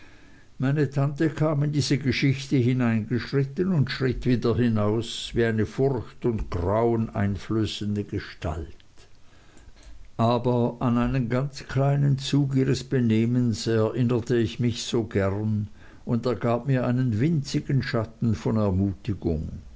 meine tante kam in diese geschichte hineingeschritten und schritt wieder hinaus wie eine furcht und grauen einflößende gestalt aber an einen ganz kleinen zug ihres benehmens erinnerte ich mich so gern und er gab mir einen winzigen schatten von ermutigung